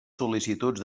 sol·licituds